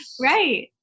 Right